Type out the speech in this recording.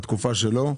בתקופה שלו,